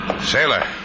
Sailor